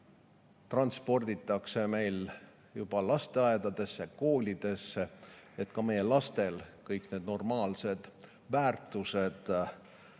transporditakse seda meil juba lasteaedadesse ja koolidesse, et ka meie lastel kõik normaalsed väärtused